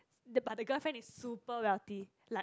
the but the girlfriend is super wealthy like